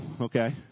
Okay